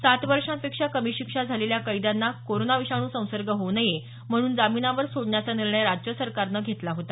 सात वर्षांपेक्षा कमी शिक्षा झालेल्या कैद्यांना कोरोना विषाणू संसर्ग होऊ नये म्हणून जामिनावर सोडण्याचा निर्णय राज्य सरकारने घेतला होता